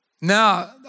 Now